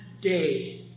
day